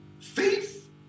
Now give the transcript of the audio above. faith